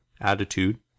attitude